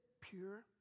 pure